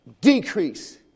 decrease